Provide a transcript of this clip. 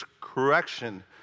correction